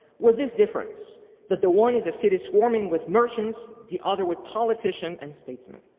with this difference that the one is a city swarming with merchants, the other with politician and statesmen,